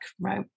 right